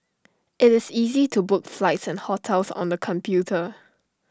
IT is easy to book flights and hotels on the computer